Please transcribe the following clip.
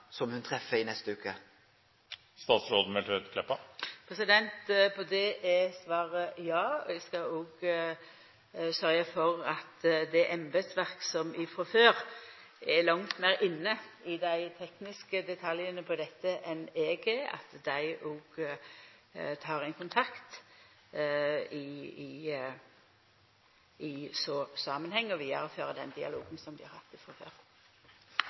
som ho treffer i neste veke. På det er svaret ja. Eg skal òg sørgja for at det embetsverket som frå før er langt meir inne i dei tekniske detaljane når det gjeld dette, enn eg er, òg tek kontakt i den samanhengen og vidarefører den dialogen som dei har hatt frå